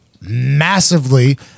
massively